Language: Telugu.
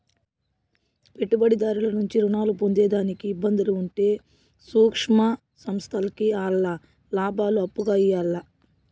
పెట్టుబడిదారుల నుంచి రుణాలు పొందేదానికి ఇబ్బందులు ఉంటే సూక్ష్మ సంస్థల్కి ఆల్ల లాబాలు అప్పుగా ఇయ్యాల్ల